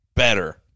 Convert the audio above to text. Better